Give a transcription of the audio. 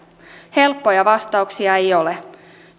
helppoja vastauksia ei ole